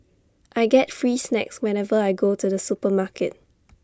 I get free snacks whenever I go to the supermarket